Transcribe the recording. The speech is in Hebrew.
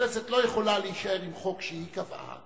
הכנסת לא יכולה להישאר עם חוק שהיא קבעה,